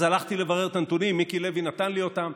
אז הלכתי לברר את הנתונים, מיקי לוי נתן לי אותם.